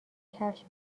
کفش